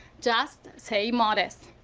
just say modess.